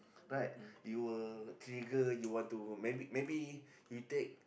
right you were trigger you want to maybe maybe you take